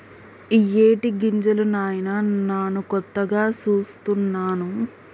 ఇయ్యేటి గింజలు నాయిన నాను కొత్తగా సూస్తున్నాను